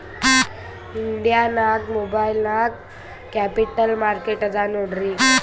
India ನಾಗ್ ಮುಂಬೈ ನಾಗ್ capital market ಅದಾ ನೋಡ್ರಿ